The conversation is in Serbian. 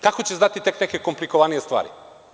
Kako će znati tek neke komplikovanije stvari?